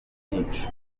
bwinshi